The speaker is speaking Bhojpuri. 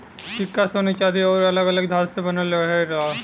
सिक्का सोने चांदी आउर अलग अलग धातु से बनल रहेला